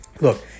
Look